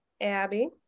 abby